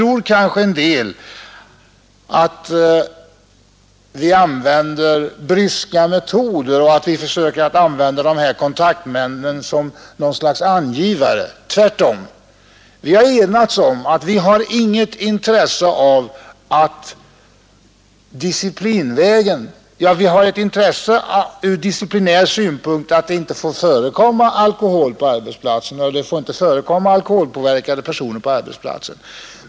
Somliga kanske tror att vi tillämpar bryska metoder och att vi försöker använda dessa kontaktmän som något slags angivare. Tvärtom, vi har enats om att vi inte har något intresse av att gå disciplinvägen. Vi har ett intresse ur disciplinär synpunkt att det inte får förekomma alkohol eller alkoholpåverkade personer på arbetsplatsen.